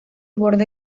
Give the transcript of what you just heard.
borde